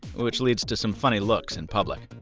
which leads to some funny looks in public.